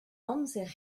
amzer